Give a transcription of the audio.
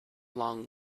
long